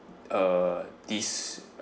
uh this